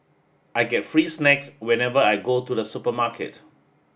I get free snacks whenever I go to the supermarket